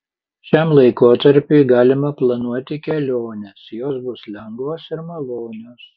šiam laikotarpiui galima planuoti keliones jos bus lengvos ir malonios